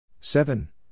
Seven